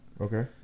Okay